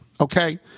Okay